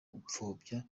gupfobya